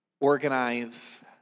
organize